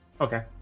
Okay